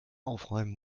aufräumen